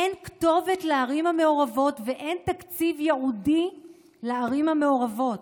אין כתובת לערים המעורבות ואין תקציב ייעודי לערים המעורבות.